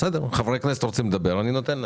בסדר, חברי הכנסת רוצים לדבר, אז אני נותן להם.